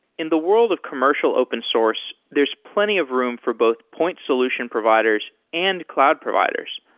in the world of commercial open source, there's plenty of room for both point solution providers and cloud providers,